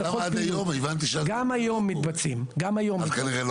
גם היום מתבצעים, כנראה לא